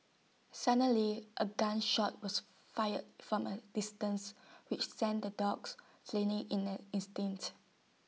suddenly A gun shot was fired from A distance which send the dogs fleeing in an instant